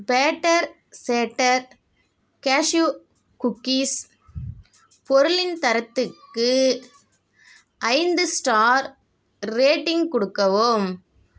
batter chatter cashew cookies பொருளின் தரத்துக்கு ஐந்து ஸ்டார் ரேட்டிங் குடுக்கவும்